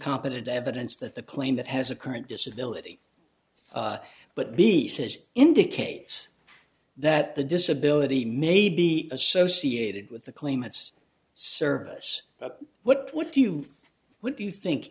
competent evidence that the claim that has a current disability but be the says indicates that the disability may be associated with the claimants service but what do you do you think